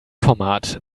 format